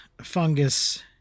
fungus